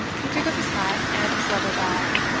he took up his hat and his leather bag.